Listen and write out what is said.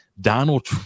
Donald